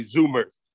Zoomers